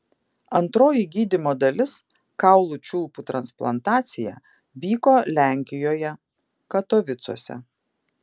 antroji gydymo dalis kaulų čiulpų transplantacija vyko lenkijoje katovicuose